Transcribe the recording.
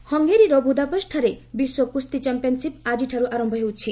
wrestling ହଙ୍ଗେରୀର ବୁଦାପେଷ୍ଠଠାରେ ବିଶ୍ୱ କୁସ୍ତି ଚାମ୍ପିୟନ୍ସିପ୍ ଆଜିଠାରୁ ଆରମ୍ଭ ହେଉଛି